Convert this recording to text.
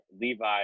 Levi